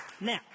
Now